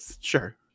Sure